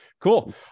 Cool